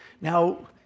Now